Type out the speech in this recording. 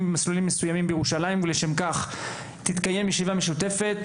מסוימים בירושלים ולשם כך גם מבקשת לקיים דיון משותף בנושא,